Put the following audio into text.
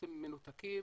בעצם מנותקים,